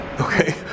okay